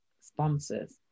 sponsors